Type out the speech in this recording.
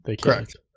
Correct